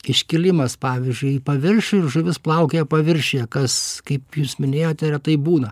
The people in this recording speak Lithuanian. iškilimas pavyzdžiui į paviršių ir žuvis plaukioja paviršiuje kas kaip jūs minėjote retai būna